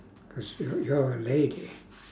cause you~ you're a lady